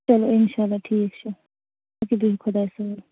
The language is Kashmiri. چلو اِنشاء اللہ ٹھیٖک چھُ اَدٕ کیٛاہ بِہِو خوٚدایَس حَوال